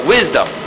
Wisdom